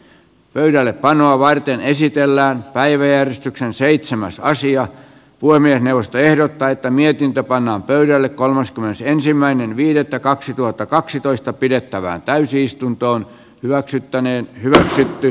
pöydällepanoa varten esitellään päiväjärjestyksen seitsemän salaisia voimia neuvosto ehdottaa että mietintö pannaan pöydälle kolmaskymmenesensimmäinen viidettä kaksituhattakaksitoista pidettävään täysistuntoon hyväksyttäneen hyväksytty